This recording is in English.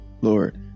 Lord